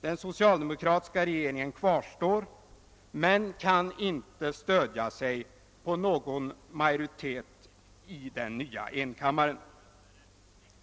Den socialdemokratiska regeringen kvarstår men kan inte stödja sig på någon egen majoritet i den nya enkammaren.